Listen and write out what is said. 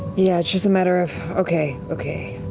yeah, it's just a matter of okay, okay.